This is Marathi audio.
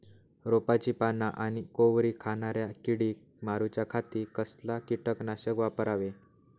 रोपाची पाना आनी कोवरी खाणाऱ्या किडीक मारूच्या खाती कसला किटकनाशक वापरावे?